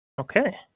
Okay